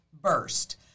burst